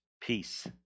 peace